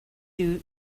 you